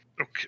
Okay